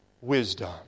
wisdom